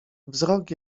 wzrok